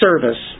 service